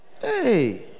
Hey